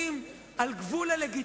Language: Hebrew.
עליך.